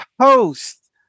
host